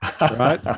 right